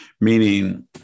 meaning